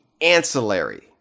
ancillary